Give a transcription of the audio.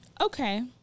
Okay